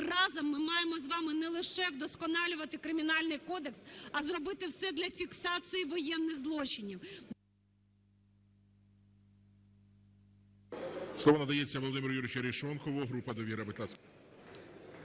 разом ми маємо з вами не лише вдосконалювати Кримінальний кодекс, а зробити все для фіксації воєнних злочинів…